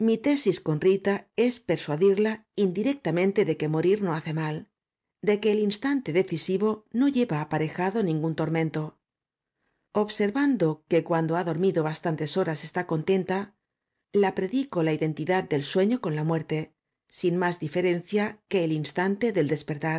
tesis con rita es persuadirla indirectamente de que morir no hace mal de que el instante decisivo no lleva aparejado ningún tormento observando que cuando ha dormido bastantes horas está contenta la predico la identidad del sueño con la muerte sin más diferencia que el instante del despertar